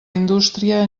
indústria